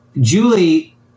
Julie